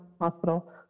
hospital